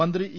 മന്ത്രി ഇ